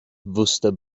wusste